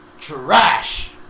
trash